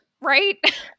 right